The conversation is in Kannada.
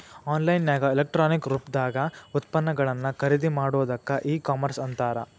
ಆನ್ ಲೈನ್ ನ್ಯಾಗ ಎಲೆಕ್ಟ್ರಾನಿಕ್ ರೂಪ್ದಾಗ್ ಉತ್ಪನ್ನಗಳನ್ನ ಖರಿದಿಮಾಡೊದಕ್ಕ ಇ ಕಾಮರ್ಸ್ ಅಂತಾರ